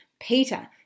Peter